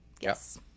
Yes